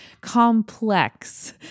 complex